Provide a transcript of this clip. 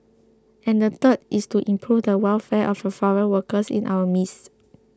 and the third is to improve the welfare of the foreign workers in our midst